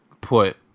put